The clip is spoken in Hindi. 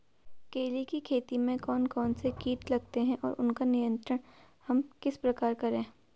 केले की खेती में कौन कौन से कीट लगते हैं और उसका नियंत्रण हम किस प्रकार करें?